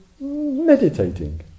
meditating